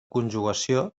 conjugació